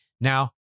Now